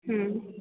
হুম